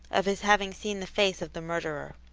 of his having seen the face of the murderer.